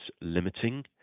limiting